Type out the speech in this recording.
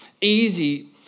easy